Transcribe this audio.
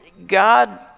God